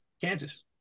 Kansas